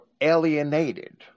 alienated